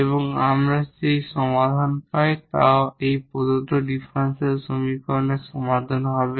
এবং আমরা এখানে যেই সমাধান পাই তাও এই প্রদত্ত ডিফারেনশিয়াল সমীকরণের সমাধান হবে